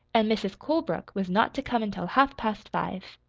and mrs. colebrook was not to come until half-past five.